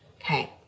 Okay